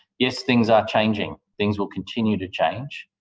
yes, things are changing things will continue to change.